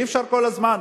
אי-אפשר כל הזמן: